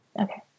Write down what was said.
Okay